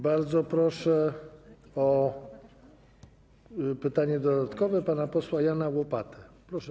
Bardzo proszę o pytanie dodatkowe pana posła Jana Łopatę.